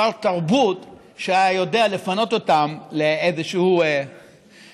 שר תרבות שהיה יודע לפנות אותם לאיזה אזור